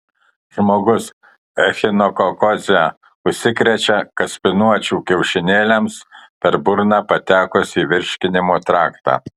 žmogus echinokokoze užsikrečia kaspinuočių kiaušinėliams per burną patekus į virškinimo traktą